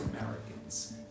Americans